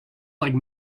like